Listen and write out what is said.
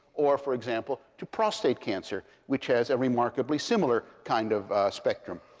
or, for example, to prostate cancer, which has a remarkably similar kind of spectrum.